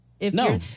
No